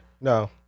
no